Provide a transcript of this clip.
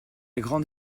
grande